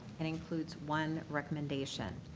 and includes one recommendation.